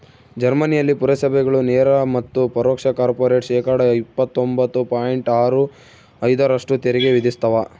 ಜರ್ಮನಿಯಲ್ಲಿ ಪುರಸಭೆಗಳು ನೇರ ಮತ್ತು ಪರೋಕ್ಷ ಕಾರ್ಪೊರೇಟ್ ಶೇಕಡಾ ಇಪ್ಪತ್ತೊಂಬತ್ತು ಪಾಯಿಂಟ್ ಆರು ಐದರಷ್ಟು ತೆರಿಗೆ ವಿಧಿಸ್ತವ